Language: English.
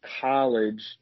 college